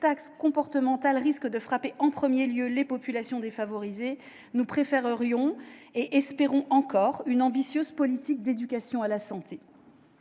comportementale risque de frapper en premier lieu les populations défavorisées. Nous préférerions et espérons encore une ambitieuse politique d'éducation à la santé.